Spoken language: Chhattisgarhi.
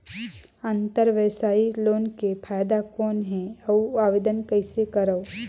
अंतरव्यवसायी लोन के फाइदा कौन हे? अउ आवेदन कइसे करव?